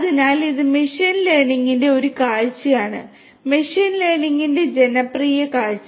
അതിനാൽ ഇത് മെഷീൻ ലേണിംഗിന്റെ ഒരു കാഴ്ചയാണ് മെഷീൻ ലേണിംഗിന്റെ ജനപ്രിയ കാഴ്ച